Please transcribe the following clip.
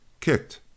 kicked